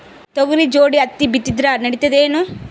ತೊಗರಿ ಜೋಡಿ ಹತ್ತಿ ಬಿತ್ತಿದ್ರ ನಡಿತದೇನು?